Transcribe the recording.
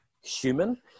human